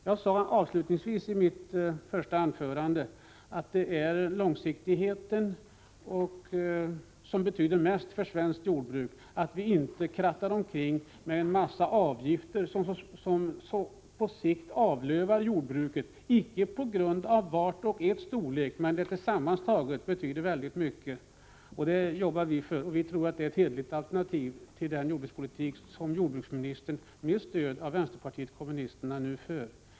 Jag sade avslutningsvis i mitt första anförande att det är långsiktigheten som betyder mest för svenskt jordbruk. Vi bör inte ”kratta omkring” med en mängd avgifter som på sikt avlövar jordbruket, icke på grund av storleken på varje enskild avgift utan därför att de sammantagna betyder väldigt mycket. Vi arbetar för långsiktigare lösningar och tror att det är ett hederligt alternativ till den jordbrukspolitik som jordbruksministern med stöd av vänsterpartiet kommunisterna nu för.